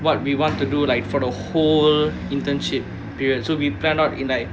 what we want to do like for the whole internship period so we planned out in like